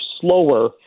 slower